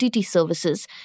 Services